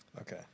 Okay